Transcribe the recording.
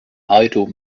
idle